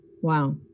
Wow